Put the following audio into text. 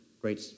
great